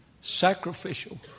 sacrificial